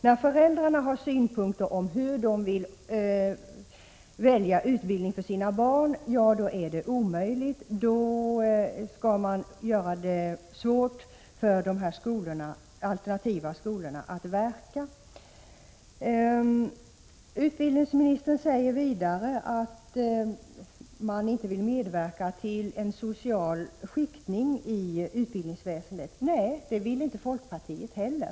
Att föräldrarna har synpunkter på valet av utbildning för sina barn är en omöjlighet. I stället gör man det svårt för de alternativa skolorna att verka. Utbildningsministern säger vidare att man inte vill medverka till en social skiktning i utbildningsväsendet. Nej, det vill inte vi i folkpartiet heller.